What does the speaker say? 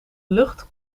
lucht